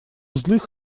злых